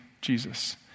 Jesus